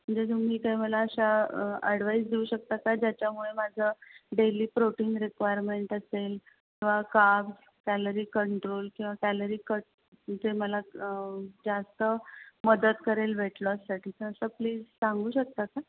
म्हणजे तुम्ही काही मला अशा ॲडवाईस देऊ शकता का ज्याच्यामुळे माझं डेली प्रोटीन रिक्वायरमेंट असेल किंवा काब कॅलरी कंट्रोल किंवा कॅलरी कट जे मला जास्त मदत करेल वेट लॉससाठी तर असं प्लीज सांगू शकता का